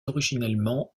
originellement